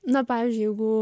na pavyzdžiui jeigu